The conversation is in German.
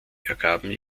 ergaben